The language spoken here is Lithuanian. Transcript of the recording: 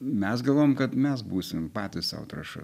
mes galvojam kad mes būsim patys sau trąša